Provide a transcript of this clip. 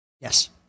Yes